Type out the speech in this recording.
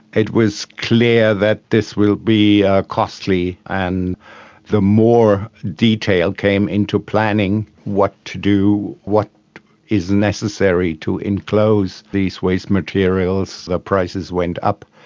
it was clear that this will be costly, and the more detail came into planning what to do, what is necessary to enclose these waste materials, ah prices went up,